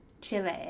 Chile